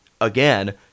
again